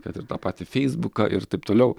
kad ir tą patį feisbuką ir taip toliau